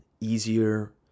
easier